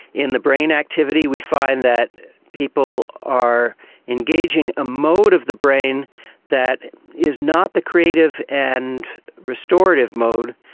in the brain activity we find that people are engaging a mode of the brain that is not the creative and restorative mode.